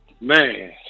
man